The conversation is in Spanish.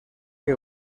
que